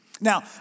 Now